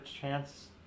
chance